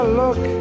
look